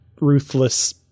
ruthless